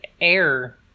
air